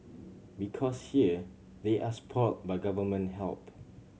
because here they are spoilt by Government help